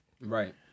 Right